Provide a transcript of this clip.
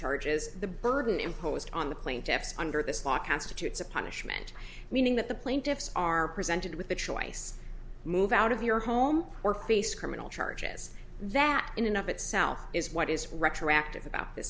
charges the burden imposed on the plaintiffs under this law constitutes a punishment meaning that the plaintiffs are presented with a choice move out of your home or face criminal charges that in of itself is what is retroactive about th